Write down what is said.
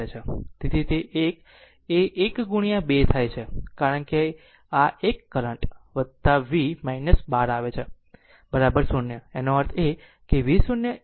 તેથી તે 1એ 1 ગુણ્યા 2 થાય છે કારણ કે આ 1 કરંટ v 12 આવે છે 0